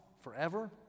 forever